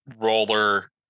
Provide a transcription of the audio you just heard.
roller